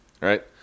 Right